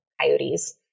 coyotes